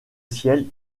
ciel